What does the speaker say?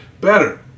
better